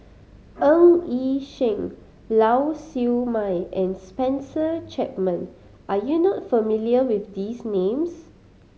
Ng Yi Sheng Lau Siew Mei and Spencer Chapman are you not familiar with these names